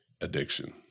addiction